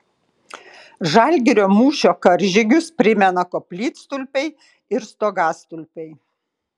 žalgirio mūšio karžygius primena koplytstulpiai ir stogastulpiai